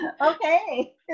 Okay